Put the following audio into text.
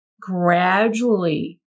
gradually